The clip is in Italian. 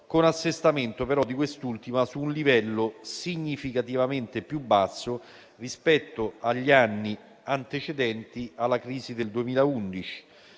con assestamento però di quest'ultima su un livello significativamente più basso rispetto agli anni antecedenti alla crisi del 2011.